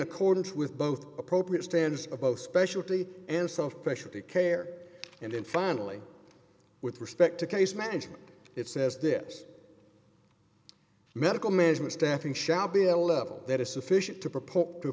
accordance with both appropriate standards of post passionately and self pressure to care and then finally with respect to case management it says this medical management staffing shall be at a level that is sufficient to